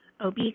OB